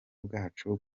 bwacu